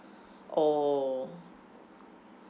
oh